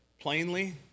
Plainly